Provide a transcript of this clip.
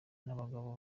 n’abagabo